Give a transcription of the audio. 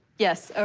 yes, ah